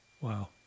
Wow